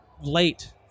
Late